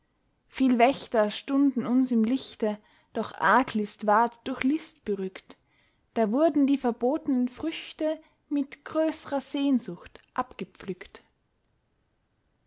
viel wächter stunden uns im lichte doch arglist ward durch list berückt da wurden die verbotnen früchte mit größrer sehnsucht abgepflückt